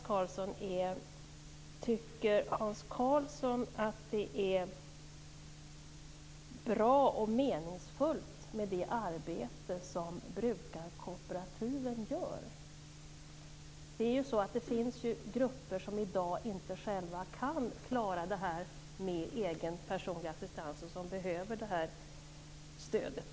Karlsson att det är bra och meningsfullt med det arbete som brukarkooperativen gör? Det finns ju grupper som i dag inte själva kan klara det här med egen personlig assistans och som behöver det här stödet.